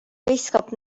viskab